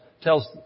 tells